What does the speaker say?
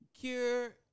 cure